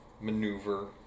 maneuver